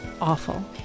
Awful